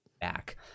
back